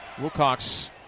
Wilcox